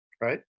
right